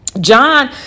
John